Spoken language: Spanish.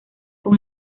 con